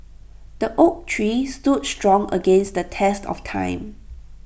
the oak tree stood strong against the test of time